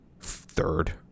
third